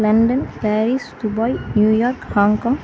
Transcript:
London Paris Dubai New York Hong Kong